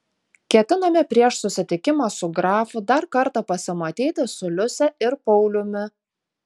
ketinome prieš susitikimą su grafu dar kartą pasimatyti su liuse ir pauliumi